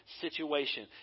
situation